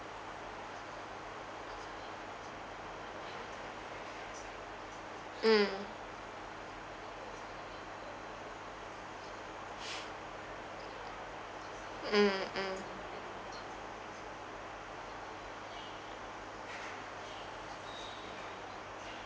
mm mm mm